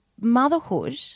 motherhood